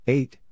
Eight